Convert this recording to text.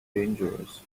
dangerous